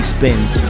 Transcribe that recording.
Spins